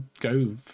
go